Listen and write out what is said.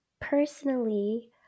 personally